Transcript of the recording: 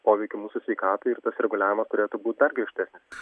poveikiu mūsų sveikatai ir tas reguliavimas turėtų būt dar griežtesnis